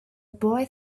boy